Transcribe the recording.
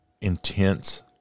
intense